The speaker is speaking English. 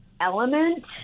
element